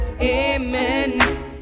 Amen